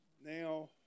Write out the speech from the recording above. now